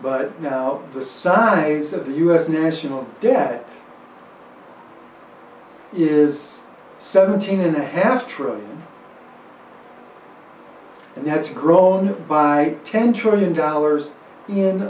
but the size of the u s national debt is seventeen and a half trillion and has grown by ten trillion dollars in